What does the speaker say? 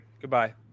Goodbye